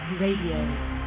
Radio